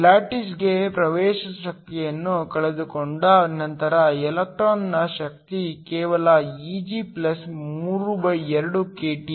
ಲ್ಯಾಟಿಸ್ಗೆ ಪ್ರವೇಶ ಶಕ್ತಿಯನ್ನು ಕಳೆದುಕೊಂಡ ನಂತರ ಎಲೆಕ್ಟ್ರಾನ್ನ ಶಕ್ತಿ ಕೇವಲ Eg32 KT